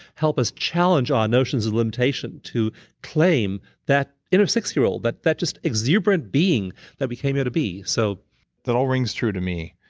help us challenge our notions of limitation, to claim that inner six-year-old, that that just exuberant being that we came here to be so that all rings true to me.